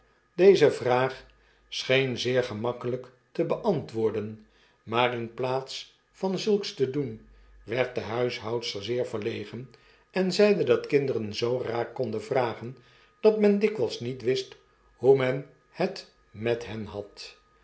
deze vraag scheen zeer gemakkelijk te beantwoorden maar in plaats van zulks te doen werd de huishoudster zeer verlegen en zeide dat kinderen zoo raar konden vragen dat men dikwijls niet wist hoe men het met hen had